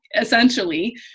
essentially